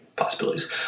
possibilities